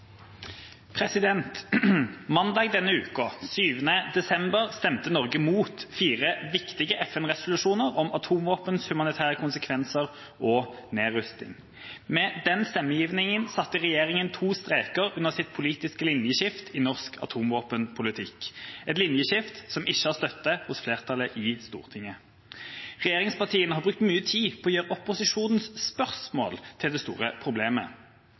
Mandag denne uka – 7. desember – stemte Norge imot fire viktige FN-resolusjoner om atomvåpens humanitære konsekvenser og nedrustning. Med den stemmegivningen satte regjeringa to streker under sitt politiske linjeskift i norsk atomvåpenpolitikk – et linjeskift som ikke har støtte hos flertallet i Stortinget. Regjeringspartiene har brukt mye tid på å gjøre opposisjonens spørsmål til det store problemet.